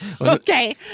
Okay